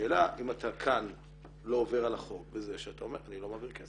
השאלה אם אתה כאן לא עובר על החוק בזה שאתה אומר אני לא מעביר כסף.